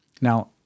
Now